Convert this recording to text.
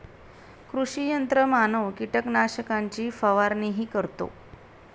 कृषी यंत्रमानव कीटकनाशकांची फवारणीही करतो